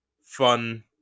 fun